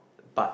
but